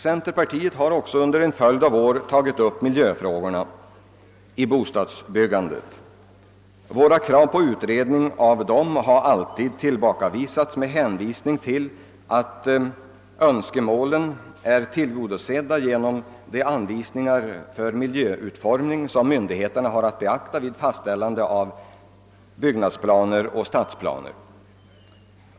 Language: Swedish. Centerpartiet har också under en följd av år tagit upp miljöfrågorna i bostadsbyggandet. Våra krav på utredning av dem har alltid avfärdats med hänvisning till att önskemålen är tillgodosedda genom de anvisningar för miljöutformning som myndigheterna har att beakta vid fastställandet av byggnadsplaner och stadsplaner.